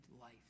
life